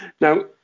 now